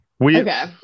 Okay